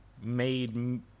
made